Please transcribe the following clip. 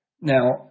Now